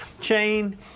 chain